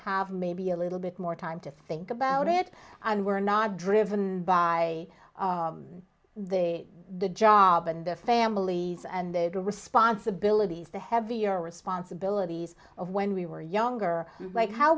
have maybe a little bit more time to think about it and were not driven by the the job and their families and their responsibilities the heavier responsibilities of when we were younger like how